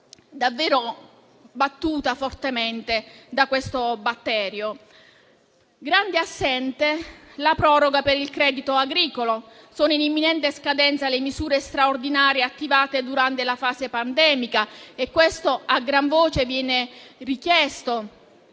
tale comparto, fortemente colpito da questo batterio. Grande assente è la proroga per il credito agricolo. Sono in imminente scadenza le misure straordinarie attivate durante la fase pandemica e questo viene richiesto